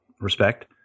respect